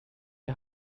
der